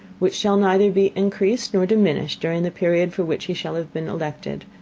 which shall neither be encreased nor diminished during the period for which he shall have been elected,